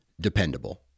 dependable